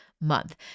month